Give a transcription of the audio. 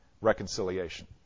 reconciliation